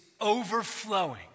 overflowing